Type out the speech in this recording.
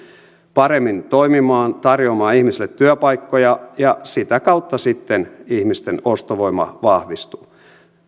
toimimaan paremmin tarjoamaan ihmisille työpaikkoja ja sitä kautta sitten ihmisten ostovoima vahvistuu